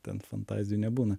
ten fantazijų nebūna